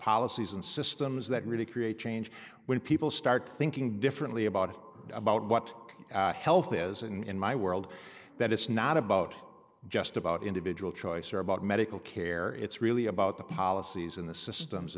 policies and systems that really create change when people start thinking differently about it about what health is and in my world that it's not about just about individual choice or about medical care it's really about the policies in the systems